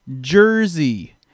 jersey